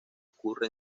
ocurre